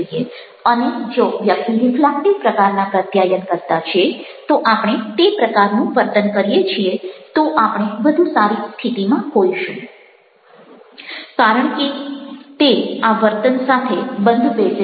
અને જો વ્યક્તિ રિફ્લેક્ટિવ પ્રકારના પ્રત્યાયનકર્તા છે તો આપણે તે પ્રકારનું વર્તન કરીએ છીએ તો આપણે વધુ સારી સ્થિતિમાં હોઈશું કારણ કે તે આવર્તન સાથે બંધ બેસે છે